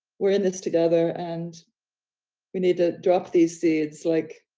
we're in this together, and we need to drop these seeds. like,